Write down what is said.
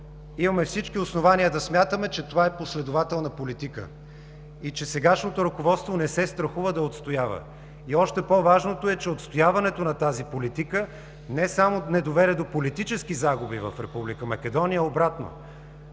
имаме всички основания да смятаме, че това е последователна политика и че сегашното ръководство не се страхува да я отстоява. Още по-важното е, че отстояването на тази политика не само не доведе до политически загуби в Република Македония, а обратно.